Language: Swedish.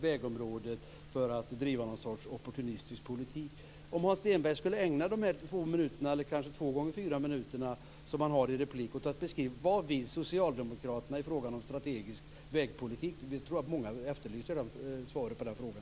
vägområdet för att driva någon sorts opportunistisk politik. Hans Stenberg skulle kunna ägna 2 minuter, eller kanske 2 gånger 4 minuter, som han har i repliktid till att beskriva vad socialdemokraterna vill i fråga om strategisk vägpolitik. Jag tror att många efterlyser svaret på den frågan.